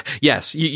Yes